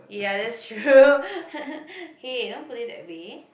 ya that's true hey don't put it that way